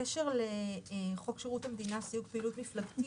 בקשר לחוק שירות המדינה (סיוג פעילות מפלגתית),